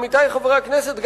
עמיתי חברי הכנסת,